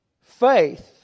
Faith